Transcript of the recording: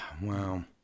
wow